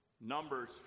Numbers